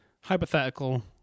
Hypothetical